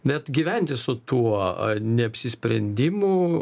net gyventi su tuo neapsisprendimu